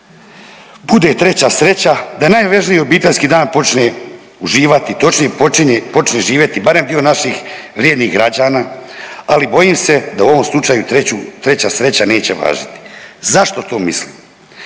bude treća sreća, da najvažniji obiteljski dan počne uživati, točnije počne živjeti barem dio naših vrijednih građana, ali bojim se da u ovom slučaju treća sreća neće važiti. Zašto to mislim?